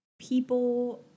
people